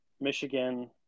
Michigan